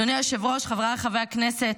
אדוני היושב-ראש, חבריי חברי הכנסת,